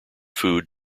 food